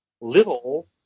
little